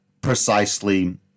precisely